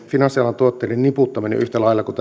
finanssialan tuotteiden niputtaminen yhtä lailla kuin